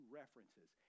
references